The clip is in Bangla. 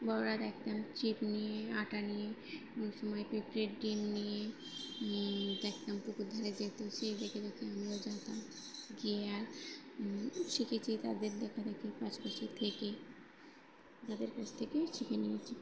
বড়োরা দেখতাম ছিপ নিয়ে আটা নিয়ে অ সময় পিঁপড়ের ডিম নিয়ে দেখতাম পুকুর ধারে যেতে সেই দেখে দেখে আমিও জানতাম গিয়ে আর শিখেছি তাদের দেখা দেখে পাশপাশি থেকে তাদের কাছ থেকে শিখে নিয়েছি